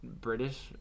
British